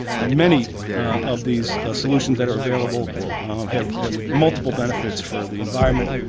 many of these solutions that are available have have multiple benefits for the environment,